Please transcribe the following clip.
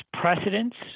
precedents